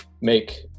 make